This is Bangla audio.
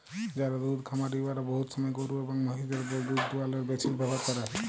যারা দুহুদ খামারি উয়ারা বহুত সময় গরু এবং মহিষদের উপর দুহুদ দুয়ালোর মেশিল ব্যাভার ক্যরে